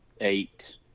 eight